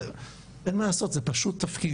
אין מה לעשות זה פשוט תפקיד,